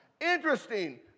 Interesting